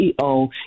CEO